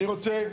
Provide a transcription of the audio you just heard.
אני רוצה,